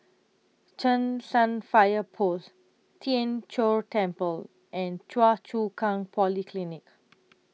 Cheng San Fire Post Tien Chor Temple and Choa Chu Kang Polyclinic